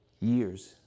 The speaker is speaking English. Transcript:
years